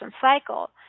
cycle